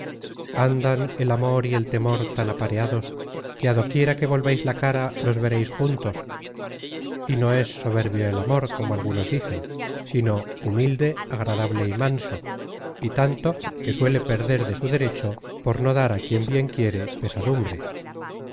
andan el amor y el temor tan apareados que á do quiera que volvais la cara los vereis juntos y no es soberbio el amor como algunos dicen sino humilde agradable y manso y tanto que suele perder de su derecho por no dar á quien bien quiere pesadumbre